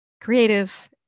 creative